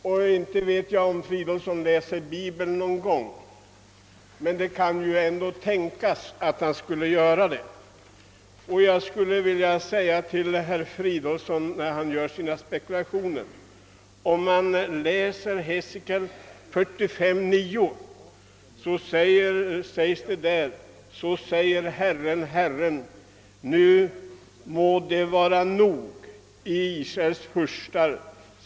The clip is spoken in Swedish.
Jag vet inte om herr Fridolfsson läser Bibeln någon gång, men det kan ju tänkas att han gör det. Låt mig i alla fall erinra herr Fridolfsson om följande ord, som står att läsa i Hesekiel 45: 9: »Så säger Herren, HERREN: Nu må det vara nog, I Israels furstar.